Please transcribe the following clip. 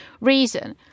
reason